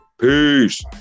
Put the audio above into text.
Peace